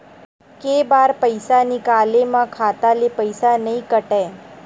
के बार पईसा निकले मा खाता ले पईसा नई काटे?